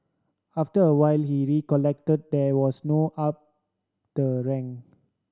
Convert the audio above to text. after a while he recollected there was no up the rank